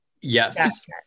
yes